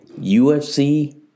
UFC